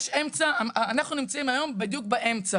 אנחנו נמצאים היום בדיוק באמצע,